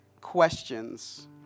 questions